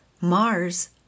Mars